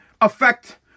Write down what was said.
affect